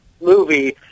movie